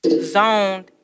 zoned